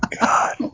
God